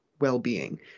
well-being